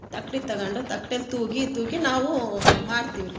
ತಕ್ಕಡಿ ತಗೋಂಡು ತಕ್ಕಡಿಯಲ್ ತೂಗಿ ತೂಗಿ ನಾವೂ ಮಾರ್ತಿವಿ ರೀ